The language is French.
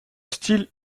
style